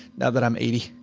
now that i'm eighty.